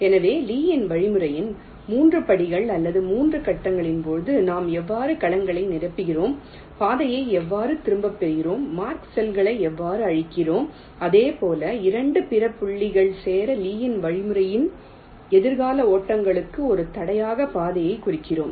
எனவே லீயின் வழிமுறையின் 3 படிகள் அல்லது 3 கட்டங்களின் போது நாம் எவ்வாறு கலங்களை நிரப்புகிறோம் பாதையை எவ்வாறு திரும்பப் பெறுகிறோம் மார்க் செல்களை எவ்வாறு அழிக்கிறோம் அதே போல் 2 பிற புள்ளிகல் சேர லீயின் வழிமுறையில் எதிர்கால ஓட்டங்களுக்கு ஒரு தடையாக பாதையை குறிக்கிறோம்